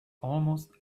almost